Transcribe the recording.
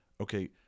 okay